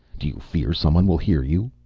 do you fear someone will hear you?